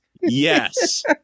Yes